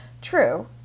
True